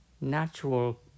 natural